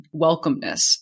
welcomeness